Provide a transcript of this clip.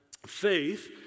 faith